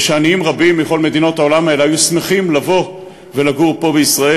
ושעניים רבים בכל מדינות העולם האלה היו שמחים לבוא ולגור פה בישראל,